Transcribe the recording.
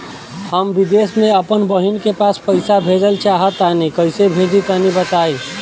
हम विदेस मे आपन बहिन के पास पईसा भेजल चाहऽ तनि कईसे भेजि तनि बताई?